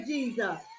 Jesus